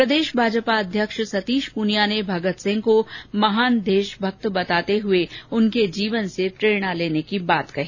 प्रदेश भाजपा अध्यक्ष सतीश पूनिया ने भगत सिंह को महान देशभक्त बताते हए उनके जीवन से प्रेरणा लेने की बात कही